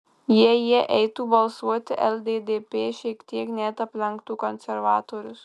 jei jie eitų balsuoti lddp šiek tiek net aplenktų konservatorius